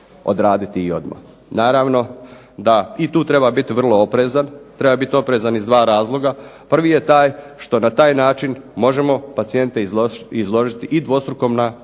odraditi i odmah. Naravno da i tu treba biti vrlo oprezan. Treba biti oprezan iz dva razloga. Prvi je taj što na taj način možemo pacijente izložiti i dvostrukom